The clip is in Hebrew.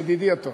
ידידי הטוב.